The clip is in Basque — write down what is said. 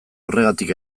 horregatik